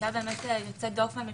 שהיתה יוצאת דופן,